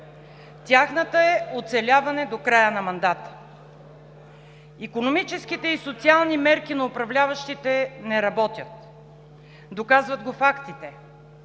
Тяхната е оцеляване до края на мандата. Икономическите и социалните мерки на управляващите не работят. Доказват го фактите: